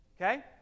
Okay